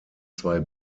zwei